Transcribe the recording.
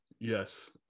yes